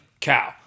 cow